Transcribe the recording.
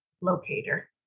locator